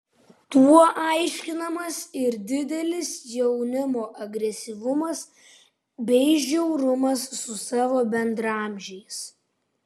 tuo aiškinamas ir didelis jaunimo agresyvumas bei žiaurumas su savo bendraamžiais